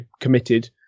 committed